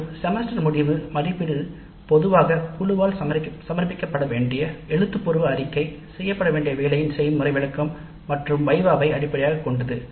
மற்றும் செமஸ்டர் முடிவு மதிப்பீடு பொதுவாக குழுவால் சமர்ப்பிக்கப்பட வேண்டிய எழுத்துப்பூர்வ அறிக்கையை அடிப்படையாகக் கொண்டது செய்யப்பட்ட வேலையின் திறன் வைவா வை பொருத்தும் கணக்கிடப்படுகிறது